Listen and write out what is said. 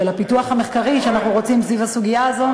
של הפיתוח המחקרי שאנחנו רוצים סביב הסוגיה הזאת,